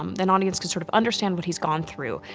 um that an audience could sort of understand what he's gone through.